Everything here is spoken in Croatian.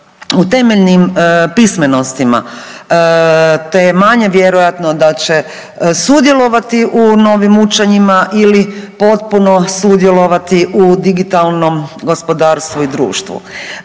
u temeljnim pismenostima, te je manje vjerojatno da će sudjelovati u novim učenjima ili potpuno sudjelovati u digitalnom gospodarstvu i društvu.